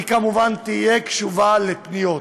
היא כמובן תהיה קשובה לפניות.